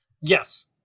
Yes